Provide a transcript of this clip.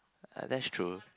uh that's true